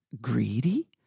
greedy